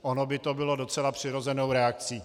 Ono by to bylo docela přirozenou reakcí.